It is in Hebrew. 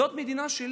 זאת המדינה שלי.